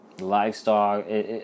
livestock